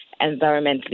environmentally